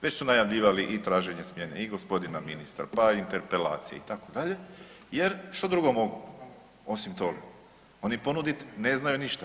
Već su najavljivali i traženje smjene i gospodina ministra pa interpelacije, jer što drugo mogu osim toga, oni ponudit ne znaju ništa.